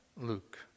Luke